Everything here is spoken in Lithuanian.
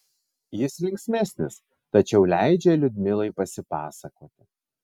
jis linksmesnis tačiau leidžia liudmilai pasipasakoti